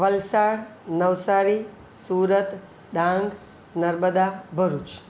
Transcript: Valsad Navsari Surat Dang Narmada Bharuch